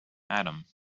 adam